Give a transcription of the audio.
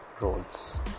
roles